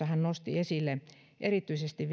hän nosti esille erityisesti